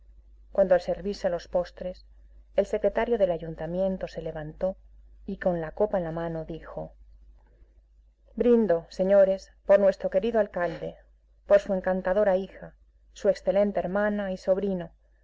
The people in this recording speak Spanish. cuando al servirse los postres el secretario del ayuntamiento se levantó y con la copa en la mano dijo brindo señores por nuestro querido alcalde por su encantadora hija su excelente hermana y sobrino